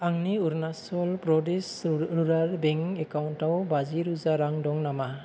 आंनि Arunachal Pradesh rural bank एकाउन्टआव बाजि रोजा रां दं नामा